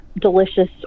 delicious